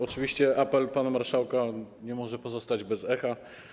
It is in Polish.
Oczywiście apel pana marszałka nie może pozostać bez echa.